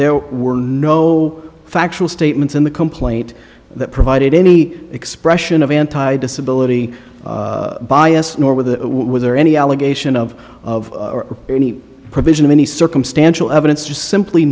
there were no factual statements in the complaint that provided any expression of anti disability bias nor were the was there any allegation of of any provision of any circumstantial evidence just simply